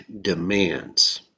demands